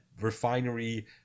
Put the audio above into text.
refinery